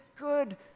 good